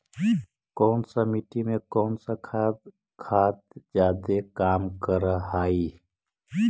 कौन सा मिट्टी मे कौन सा खाद खाद जादे काम कर हाइय?